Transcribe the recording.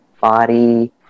body